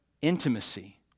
intimacy